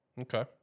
Okay